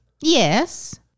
yes